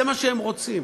זה מה שהם רוצים.